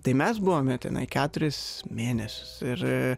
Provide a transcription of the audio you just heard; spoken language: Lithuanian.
tai mes buvome tenai keturis mėnesius ir